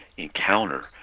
encounter